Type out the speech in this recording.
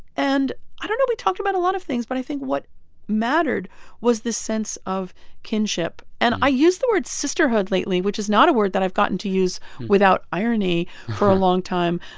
and i don't know, we talked about a lot of things. but i think what mattered was this sense of kinship. and i use the word sisterhood lately, which is not a word that i've gotten to use without irony for a long time.